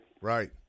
Right